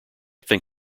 think